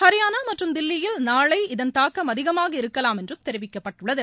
ஹரியானா மற்றும் தில்லியில் நாளை இதன் தாக்கம் அதிகமாக என்றும் இருக்கலாம் தெரிவிக்கப்பட்டுள்ளது